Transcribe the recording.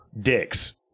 dicks